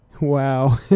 Wow